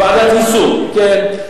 ועדת יישום, כן.